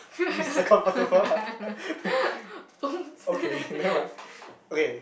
!oops!